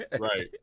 right